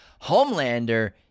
Homelander